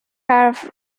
have